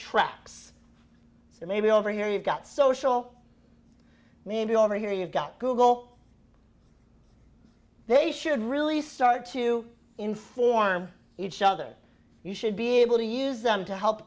tracks so maybe over here you've got social maybe over here you've got google they should really start to inform each other you should be able to use them to help